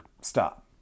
stop